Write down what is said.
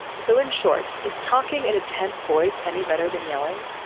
so in short is talking in a tense voice any better than yelling.